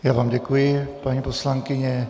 Já vám děkuji, paní poslankyně.